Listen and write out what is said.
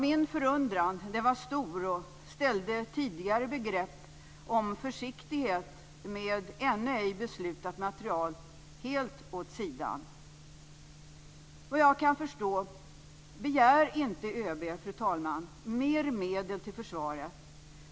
Min förundran var stor och ställde tidigare begrepp om försiktighet med ännu ej beslutat material helt åt sidan. Vad jag kan förstå begär inte ÖB, fru talman, mer medel till försvaret.